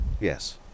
Yes